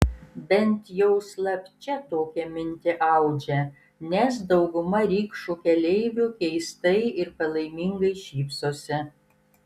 bent jau slapčia tokią mintį audžia nes dauguma rikšų keleivių keistai ir palaimingai šypsosi